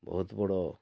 ବହୁତ ବଡ଼